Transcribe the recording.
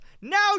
Now